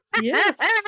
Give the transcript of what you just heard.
yes